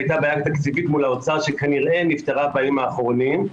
הייתה בעיה תקציבית מול האוצר' שכנראה נפתרה בימים האחרונים,